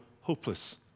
hopeless